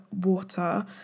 water